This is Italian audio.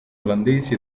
olandesi